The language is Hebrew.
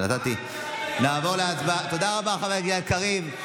תודה רבה, חבר הכנסת קריב.